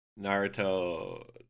Naruto